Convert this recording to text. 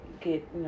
get